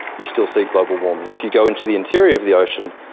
you still see global warming. if you go into the interior of the ocean,